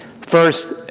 first